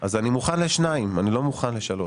מוכן לשניים, אני לא מוכן לשלושה.